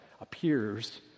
appears